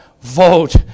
vote